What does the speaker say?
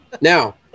Now